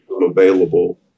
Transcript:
available